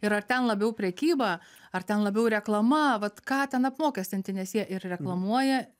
ir ar ten labiau prekyba ar ten labiau reklama vat ką ten apmokestinti nes jie ir reklamuoja